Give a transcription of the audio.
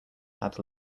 had